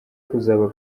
kuzaba